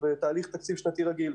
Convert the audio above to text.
רגיל.